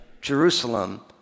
Jerusalem